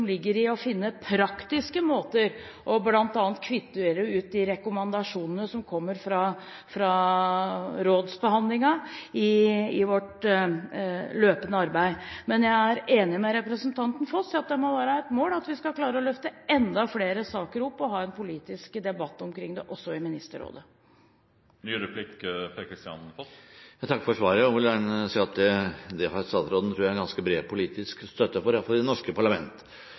ligger i å finne praktiske måter for bl.a. å kvittere ut de rekommandasjonene som kommer fra rådsbehandlingen, i vårt løpende arbeid. Men jeg er enig med representanten Foss i at det må være et mål at vi skal klare å løfte enda flere saker opp og ha en politisk debatt omkring dem, også i Ministerrådet. Jeg takker for svaret og vil gjerne si at det tror jeg statsråden har ganske bred politisk støtte for, i hvert fall i det norske